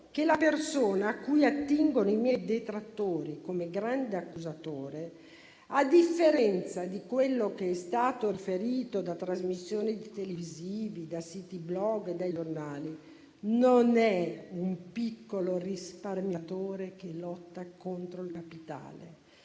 che la persona a cui attingono i miei detrattori come grande accusatore, a differenza di quello che è stato riferito da trasmissioni televisive, da siti, *blog* e dai giornali, non è un piccolo risparmiatore che lotta contro il capitale.